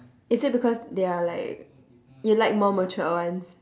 is it because they are like you like more matured ones